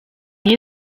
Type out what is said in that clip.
niyo